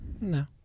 No